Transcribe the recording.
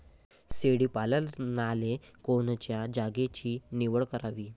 शेळी पालनाले कोनच्या जागेची निवड करावी?